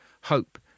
Hope